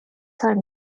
time